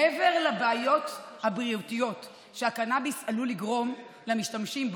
מעבר לבעיות הבריאותיות שהקנביס עלול לגרום למשתמשים בו,